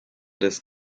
des